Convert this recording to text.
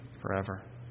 forever